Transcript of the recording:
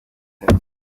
tent